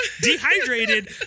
dehydrated